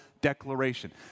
declaration